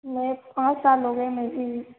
मैं पाँच साल हो गए मुझे